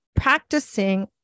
practicing